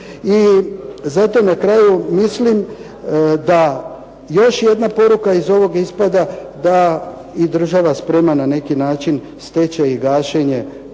I zato na kraju mislim da još jedna poruka iz ovog ispada, da i država sprema na neki način stečaj i gašenje